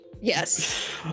Yes